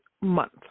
month